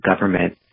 government